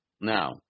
Now